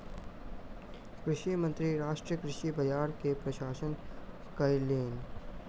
कृषि मंत्री राष्ट्रीय कृषि बाजार के प्रशंसा कयलैन